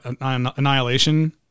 Annihilation